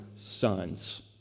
sons